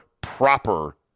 proper